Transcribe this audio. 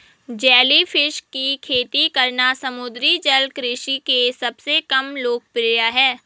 jellyfish की खेती करना समुद्री जल कृषि के सबसे कम लोकप्रिय है